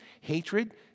Hatred